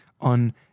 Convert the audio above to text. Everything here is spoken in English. on